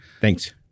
Thanks